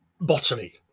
Botany